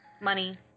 money